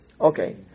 okay